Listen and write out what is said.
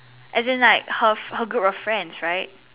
as in like her her group of friends right